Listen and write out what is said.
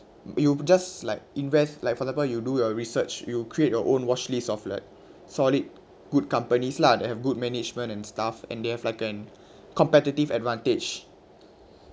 you've just like invest like for example you do your research you create your own watch lists of like solid good companies lah that have good management and stuff and they have like an competitive advantage